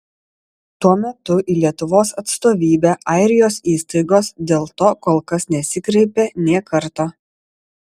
tuo metu į lietuvos atstovybę airijos įstaigos dėl to kol kas nesikreipė nė karto